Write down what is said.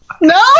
No